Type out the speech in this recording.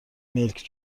ملک